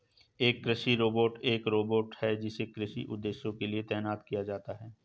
एक कृषि रोबोट एक रोबोट है जिसे कृषि उद्देश्यों के लिए तैनात किया जाता है